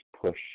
push